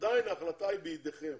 עדיין ההחלטה היא בידיכם,